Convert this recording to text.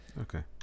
okay